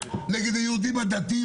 נגד היהודים הדתיים?